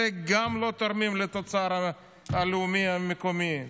גם לא תורמים לתוצר הלאומי המקומי,